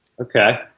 Okay